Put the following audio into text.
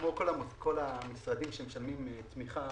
כמו כל המשרדים שמשלמים לתמיכה,